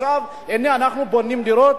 הנה אנחנו בונים דירות.